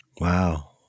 Wow